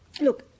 look